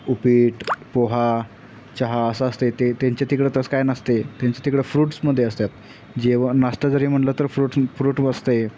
उपीट पोहा चहा असं असतं आहे ते त्यांच्या तिकडं तसं काय नसतं आहे त्यांच्या तिकडं फ्रुट्समध्ये असतात जेवण नाश्ता जरी म्हणलं तर फ्रुट्स फ्रूट असतं आहे